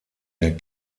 der